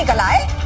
and live